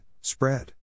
Spread